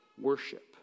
worship